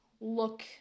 look